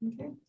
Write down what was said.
okay